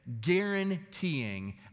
guaranteeing